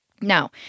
Now